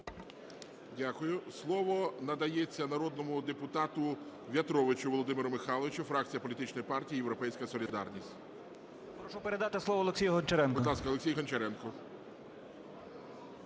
Дякую. Слово надається народному депутату В'ятровичу Володимиру Михайловичу, фракція політичної партії "Європейська солідарність". 10:10:29 В’ЯТРОВИЧ В.М. Прошу передати слово Олексію Гончаренку.